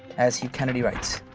as hugh kennedy writes,